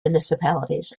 municipalities